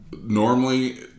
normally